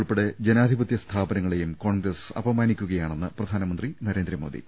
ഉൾപ്പെടെ ജനാധിപത്യ സ്ഥാപനങ്ങ ളെയും കോൺഗ്രസ് അപമാനിക്കുകയാണെന്ന് പ്രധാനമന്ത്രി നരേ ന്ദ്രമോദി